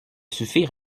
suffire